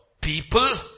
people